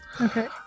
okay